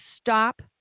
stop